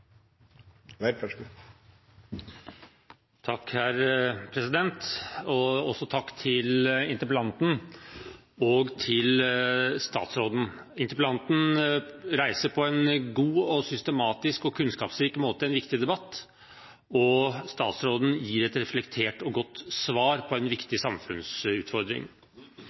Takk til interpellanten og til statsråden. Interpellanten reiser på en god, systematisk og kunnskapsrik måte en viktig debatt, og statsråden gir et reflektert og godt svar på en viktig samfunnsutfordring.